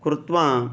कृत्वा